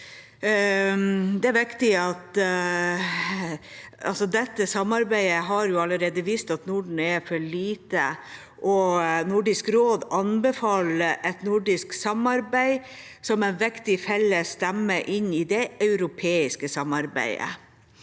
Dette samarbeidet har allerede vist at Norden er for lite, og Nordisk råd anbefaler et nordisk samarbeid som en viktig felles stemme inn i det europeiske samarbeidet.